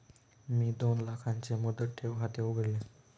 मी दोन लाखांचे मुदत ठेव खाते उघडले